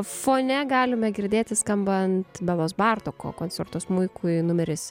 fone galime girdėti skambant belos bartoko koncerto smuikui numeris